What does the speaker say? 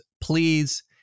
Please